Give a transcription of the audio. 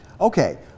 Okay